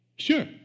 Sure